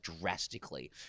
drastically